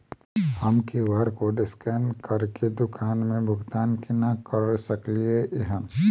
हम QR code scan करके दुकान मे भुगतान केना करऽ सकलिये एहन?